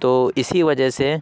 تو اسی وجہ سے